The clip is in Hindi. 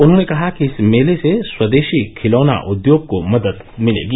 उन्होंने कहा कि इस मेले से स्वदेशी खिलौना उद्योग को मदद मिलेगी